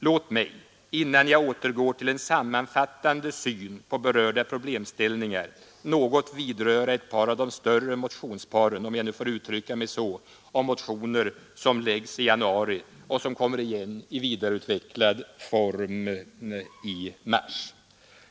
Låt mig, innan jag återgår till en sammanfattande syn på berörda problemställningar, något vidröra några av de större motionsparen — om jag får uttrycka mig så om motioner som läggs i januari och som kommer igen i vidareutvecklad form i mars.